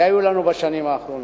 שהיו לנו בשנים האחרונות.